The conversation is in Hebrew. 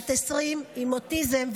בת 20 עם אוטיזם,